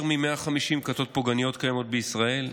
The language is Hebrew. יותר מ-150 כתות פוגעניות קיימות בישראל.